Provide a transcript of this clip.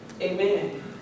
Amen